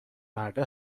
مرده